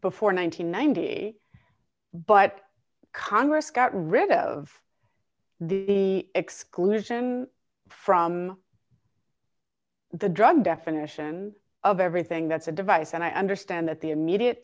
before nine hundred and ninety but congress got rid of the exclusion from the drug definition of everything that's a device and i understand that the immediate